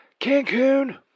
Cancun